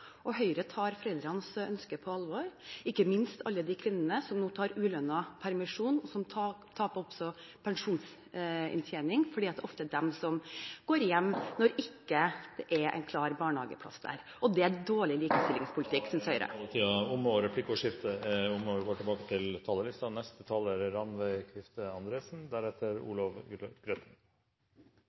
og Høyre tar foreldrenes ønske på alvor, ikke minst ønsket til alle de kvinnene som nå tar ulønnet permisjon, og som også taper pensjonsinntjening. For det er ofte de som går hjemme når man ikke får barnehageplass , og det er en dårlig likestillingspolitikk, synes Høyre. Replikkordskiftet er omme. Da jeg var i førskolealder, fantes det knapt barnehager. Jeg fikk mulighet til